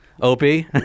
Opie